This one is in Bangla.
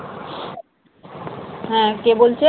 হ্যালো বলছি ওটা কি দর্জি দোকান